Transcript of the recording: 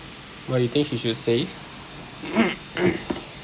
why you think she should save